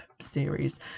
series